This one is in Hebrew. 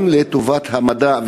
גם לטובת המדע,